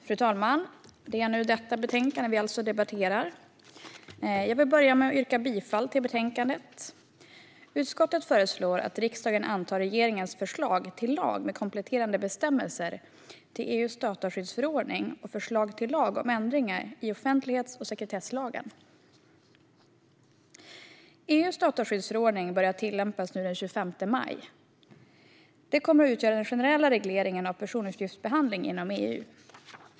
Fru talman! Vi debatterar nu det här betänkandet som jag visar upp för kammarens ledamöter. Jag vill börja med att yrka bifall till utskottets förslag i betänkandet. Utskottet föreslår att riksdagen antar regeringens förslag till lag med kompletterande bestämmelser till EU:s dataskyddsförordning och förslag till lag om ändringar i offentlighets och sekretesslagen. EU:s dataskyddsförordning börjar tillämpas den 25 maj och kommer att utgöra den generella regleringen av personuppgiftsbehandling inom EU.